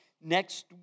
next